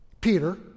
Peter